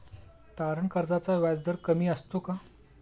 तारण कर्जाचा व्याजदर कमी असतो का?